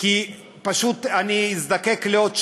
כי פשוט אני אזדקק לעוד שעה.